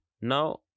Now